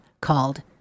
called